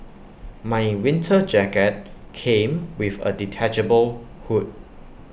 my winter jacket came with A detachable hood